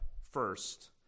first